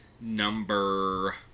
number